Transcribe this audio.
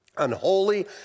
unholy